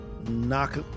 knock